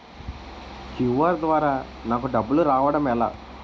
QR ద్వారా నాకు డబ్బులు రావడం ఎలా?